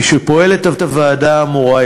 משפועלת הוועדה האמורה,